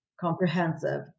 comprehensive